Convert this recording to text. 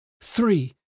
Three